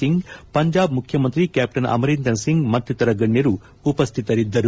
ಸಿಂಗ್ ಪಂಜಾಬ್ ಮುಖ್ಯಮಂತ್ರಿ ಕ್ಯಾಪ್ಟನ್ ಅಮರೀಂದರ್ ಸಿಂಗ್ ಮತ್ತಿತರ ಗಣ್ಣರು ಉಪಸ್ಥಿತರಿದ್ದರು